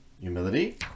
humility